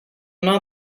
not